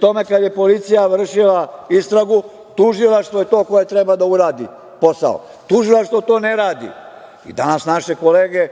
tome, kada je policija vršila istragu, tužilaštvo je to koje treba da uradi posao, tužilaštvo to ne radi. Danas naše kolege